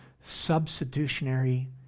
substitutionary